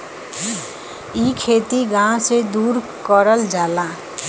इ खेती गाव से दूर करल जाला